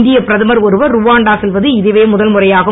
இந்தியப் பிரதமர் ஒருவர் ருவாண்டா செல்வது இதுவே முதல் முறையாகும்